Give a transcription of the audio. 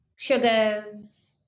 sugars